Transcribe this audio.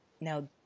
now